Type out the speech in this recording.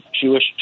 Jewish